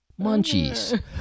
munchies